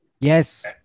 Yes